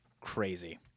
crazy